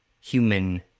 human